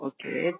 Okay